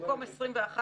במקום "21",